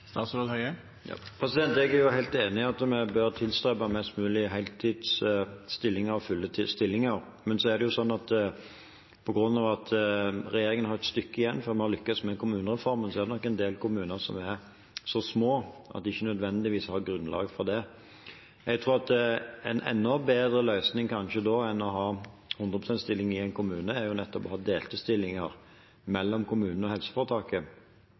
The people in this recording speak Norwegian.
Jeg er helt enig i at vi bør tilstrebe mest mulig heltidsstillinger, fulle stillinger. Men på grunn av at regjeringen har et stykke igjen før vi har lyktes med kommunereformen, er det nok en del kommuner som er så små at de ikke nødvendigvis har et grunnlag for å tilby det. Jeg tror at en kanskje enda bedre løsning enn å ha 100 pst.-stilling i en kommune, nettopp er å ha delte stillinger mellom kommunene og helseforetaket,